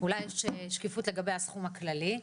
אולי יש שקיפות לגבי הסכום הכללי.